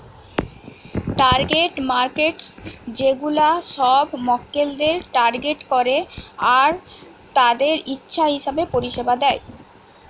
target markets সেগুলা সব মক্কেলদের টার্গেট করে আর তাদের ইচ্ছা হিসাবে পরিষেবা দেয়